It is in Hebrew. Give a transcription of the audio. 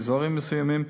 באזורים מסוימים,